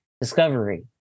Discovery